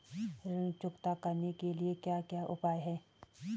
ऋण चुकता करने के क्या क्या उपाय हैं?